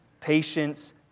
patience